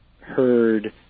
heard